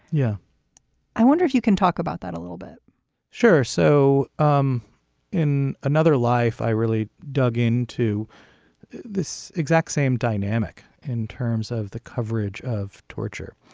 yeah i wonder if you can talk about that a little bit sure. so um in another life i really dug into this exact same dynamic in terms of the coverage of torture.